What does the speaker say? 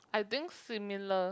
I think similar